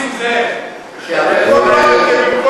בשביל זה סגור, כאילו.